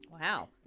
Wow